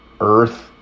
earth